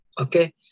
Okay